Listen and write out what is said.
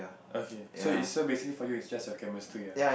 okay so is so basically for you is just your chemistry ah